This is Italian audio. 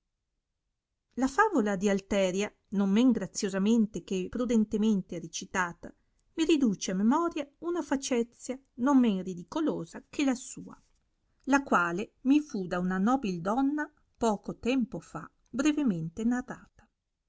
la favola di alteria non men graziosamente che prudentemente recitata mi riduce a memoria una facezia non men ridicolosa che la sua la quale mi fu da una nobil donna poco tempo fa brevemente narrata